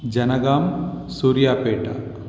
Jangaon Suryapet